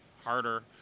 harder